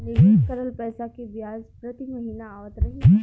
निवेश करल पैसा के ब्याज प्रति महीना आवत रही?